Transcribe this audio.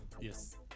yes